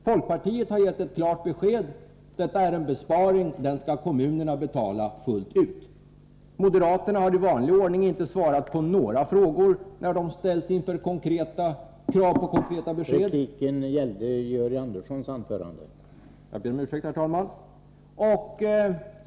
Folkpartiet har gett ett klart besked: detta är en besparing, kommunerna skall betala fullt ut.